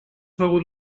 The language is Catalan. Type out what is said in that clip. begut